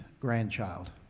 grandchild